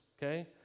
Okay